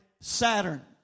Saturn